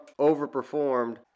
overperformed